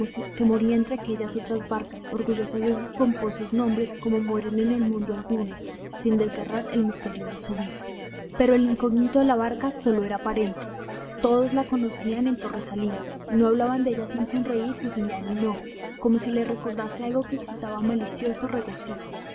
que se moría entre aquellas otras barcas orgullosas de sus pomposos nombres como mueren en el mundo algunos sin desgarrar el misterio de su vida pero el incógnito de la barca sólo era aparente todos la conocían en torresalinas y no hablaban de ella sin sonreír y guiñar un ojo como si les recordase algo que excitaba malicioso regocijo